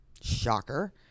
shocker